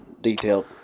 detailed